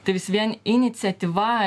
tai vis vien iniciatyva